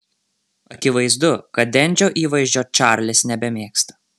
akivaizdu kad dendžio įvaizdžio čarlis nebemėgsta